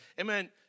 Amen